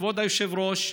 כבוד היושב-ראש,